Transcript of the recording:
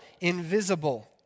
invisible